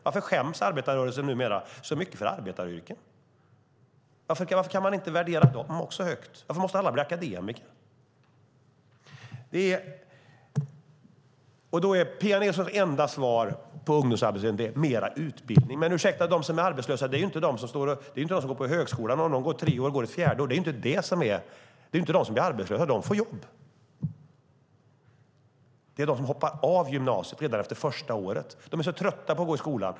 Varför skäms arbetarrörelsen numera så mycket för arbetaryrken? Varför kan man inte värdera dem högt också? Varför måste alla bli akademiker? Pia Nilssons enda lösning på ungdomsarbetslösheten är mer utbildning. Men det är inte de som går på högskolan som blir arbetslösa. De får jobb. Det är de som hoppar av gymnasiet redan efter första året som är problemet. De är så trötta på att gå i skolan.